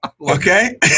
Okay